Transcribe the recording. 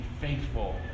faithful